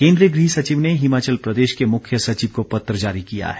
केन्द्रीय गृह सचिव ने हिमाचल प्रदेश के मुख्य सचिव को पत्र जारी किया है